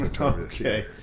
Okay